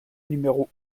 numéro